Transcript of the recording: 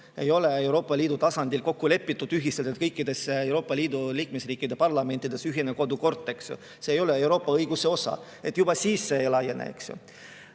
ei ole Euroopa Liidu tasandil kokku lepitud, kõikides Euroopa Liidu liikmesriikide parlamentides ei ole ühine kodukord. See ei ole Euroopa õiguse osa, juba sellepärast see ei laiene.